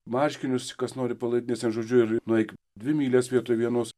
marškinius kas nori palaidinės ir žodžiu ir nueik dvi mylias vietoj vienos